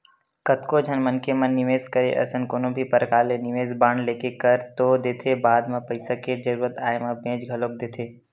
कतको झन मनखे मन निवेस करे असन कोनो भी परकार ले निवेस बांड लेके कर तो देथे बाद म पइसा के जरुरत आय म बेंच घलोक देथे